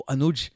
Anuj